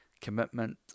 commitment